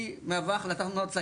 היא מהווה החלטת מועצה,